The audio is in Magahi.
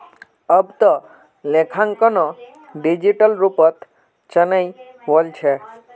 अब त लेखांकनो डिजिटल रूपत चनइ वल छ